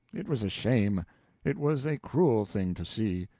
it was a shame it was a cruel thing to see.